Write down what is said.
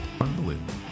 Unbelievable